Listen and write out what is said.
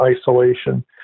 isolation